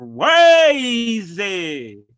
crazy